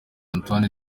antoine